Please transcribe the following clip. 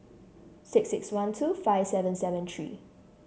six six one two five seven seven three